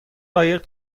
قایق